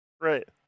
Right